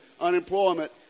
unemployment